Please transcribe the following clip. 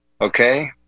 okay